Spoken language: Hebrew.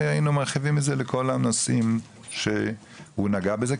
והיינו מרחיבים את זה לכל האנשים שהוא נגע בזה,